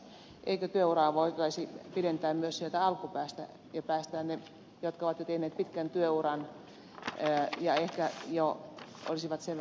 eikö työuraa voitaisi pidentää myös sieltä alkupäästä ja päästää ne jotka ovat jo tehneet pitkän työuran ja ehkä jo olisivat sen verran sairaita ansaitsemilleen eläkepäiville